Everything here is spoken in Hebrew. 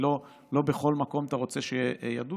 לא בכל מקום אתה רוצה שידוגו,